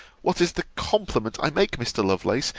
what is the compliment i make mr. lovelace,